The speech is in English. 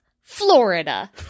Florida